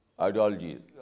ideologies